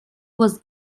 was